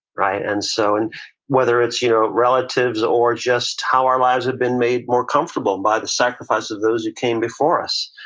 right, and so and whether it's you know relatives or just how our lives have been made more comfortable by the sacrifices of those who came before us,